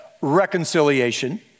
reconciliation